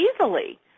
easily